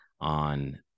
on